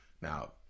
Now